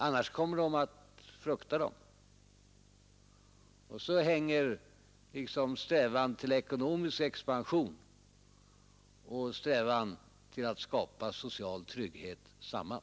Annars kommer de att frukta dem. Så hänger strävan till ekonomisk expansion och strävan till att skapa social trygghet samman.